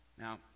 Now